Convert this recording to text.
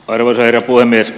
arvoisa herra puhemies